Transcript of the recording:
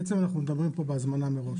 בעצם אנחנו מדברים כאן בהזמנה מראש.